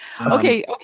okay